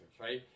right